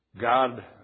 God